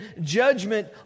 judgment